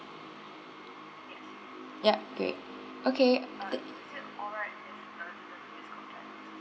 ya great okay